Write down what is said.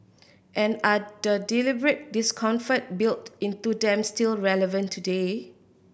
and are the deliberate discomfort built into them still relevant today